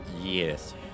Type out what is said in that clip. Yes